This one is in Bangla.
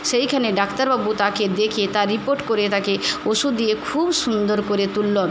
সেইখানে ডাক্তারবাবু তাকে দেখে তার রিপোর্ট করে তাকে ওষুধ দিয়ে খুব সুন্দর করে তুলল